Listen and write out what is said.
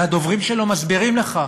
והדוברים שלו מסבירים לך,